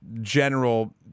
general